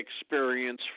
experience